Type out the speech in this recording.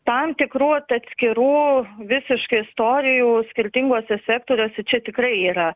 tam tikrų vat atskirų visiškai istorijų skirtinguose sektoriuose čia tikrai yra